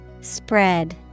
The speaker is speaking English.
Spread